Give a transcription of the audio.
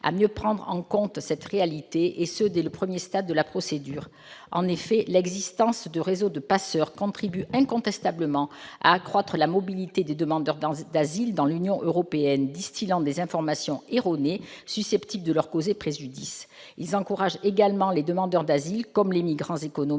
à mieux prendre en compte cette réalité, dès le premier stade de la procédure. En effet, l'existence de réseaux de passeurs contribue incontestablement à accroître la mobilité des demandeurs d'asile dans l'Union européenne, les premiers distillant des informations erronées susceptibles de causer préjudice aux seconds. Ces réseaux encouragent également les demandeurs d'asile comme les migrants économiques